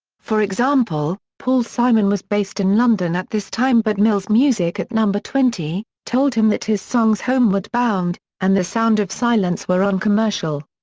for example, paul simon was based in london at this time but mills music at number twenty, told him that his songs homeward bound and the sound of silence were uncommercial.